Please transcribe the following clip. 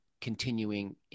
continuing